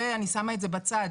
אני שמה את זה בצד,